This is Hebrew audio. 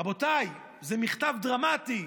רבותיי, זה מכתב דרמטי.